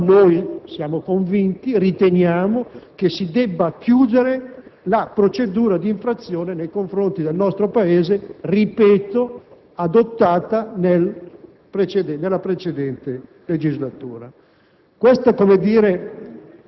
perché il tendenziale è uguale al programmatico. Nel 2008 riteniamo si debba chiudere la procedura di infrazione nei confronti del nostro Paese - ripeto - adottata nella